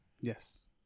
yes